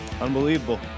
Unbelievable